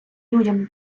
людям